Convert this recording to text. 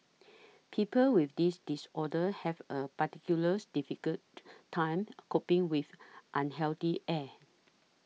people with these disorders have a particulars difficult time coping with unhealthy air